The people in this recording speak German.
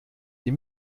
die